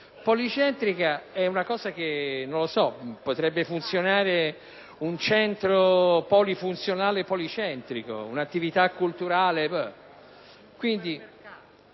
policentrica indica qualcosa che potrebbe funzionare come un centro polifunzionale policentrico, un'attività culturale,